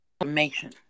information